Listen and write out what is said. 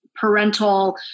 parental